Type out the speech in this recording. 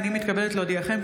הינני מתכבדת להודיעכם,